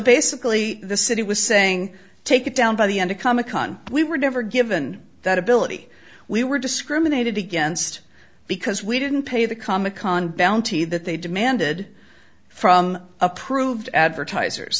basically the city was saying take it down by the end of comic con we were never given that ability we were discriminated against because we didn't pay the comic con bounty that they demanded from approved advertisers